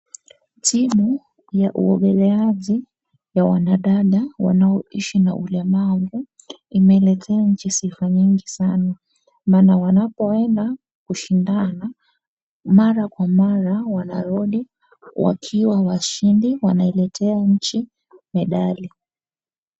Timu ya uogeleaji ya wanadada wanaoishi na ulemavu imeiletea nchi sifa nyingi sana maana wanapoenda kushindana mara kwa mara wanarudi wakiwa washindi wanailetea nchi medali.